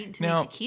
now